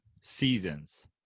seasons